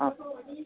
ᱦᱮᱸ